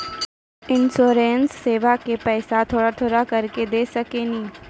इंश्योरेंसबा के पैसा थोड़ा थोड़ा करके दे सकेनी?